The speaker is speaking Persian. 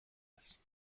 است